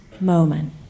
moment